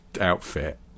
outfit